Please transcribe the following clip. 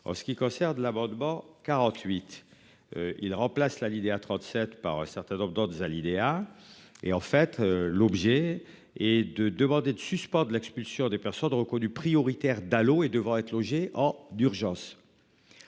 En ce qui concerne l'abonnement. 48. Il remplace là idée 37 par un certain nombre d'autres à l'. Et en fait l'objet et de demander de suspendre l'expulsion des personnes reconnues prioritaires Dalo et devant être logé en d'urgence.